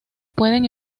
pueden